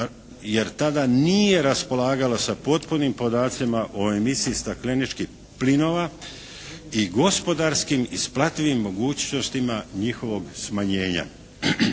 jer tada nije raspolagala sa potpunim podacima o emisiji stakleničkih plinova i gospodarskim isplativim mogućnostima njihovog smanjenja.